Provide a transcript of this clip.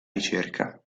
ricerca